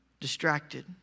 distracted